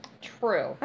True